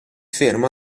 ferma